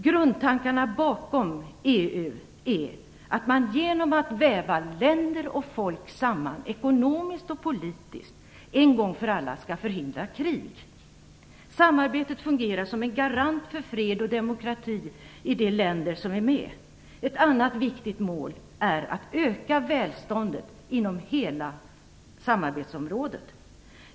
Grundtankarna bakom EU är att man genom att väva länder och folk samman ekonomiskt och politiskt en gång för alla skall förhindra krig. Samarbetet fungerar som en garant för fred och demokrati i de länder som är med. Ett annat viktigt mål är att öka välståndet inom hela samarbetsområdet.